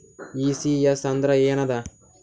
ECS ಅಂದ್ರ ಏನದ?